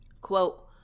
Quote